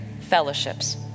fellowships